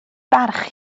barch